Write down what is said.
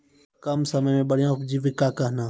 कम समय मे बढ़िया उपजीविका कहना?